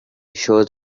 shows